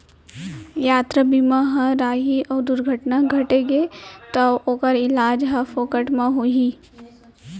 यातरा बीमा ह रही अउ दुरघटना घटगे तौ ओकर इलाज ह फोकट म होही